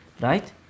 Right